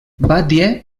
batlle